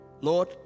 Lord